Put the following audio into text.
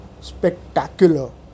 spectacular